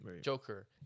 Joker